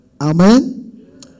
Amen